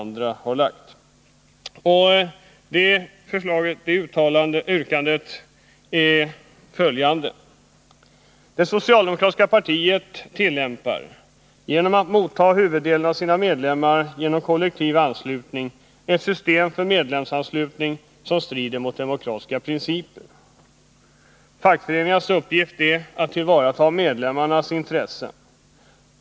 Vårt särskilda yrkande har följande lydelse: Det socialdemokratiska partiet tillämpar, genom att motta huvuddelen av sina medlemmar genom kollektiv anslutning, ett system för medlemsanslutning som strider mot demokratiska principer. Fackföreningarnas uppgift är att tillvarata medlemmarnas intressen.